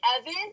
Evan